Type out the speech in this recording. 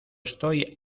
estoy